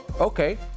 Okay